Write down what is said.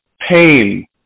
pain